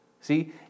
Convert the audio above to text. See